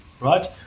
Right